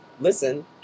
listen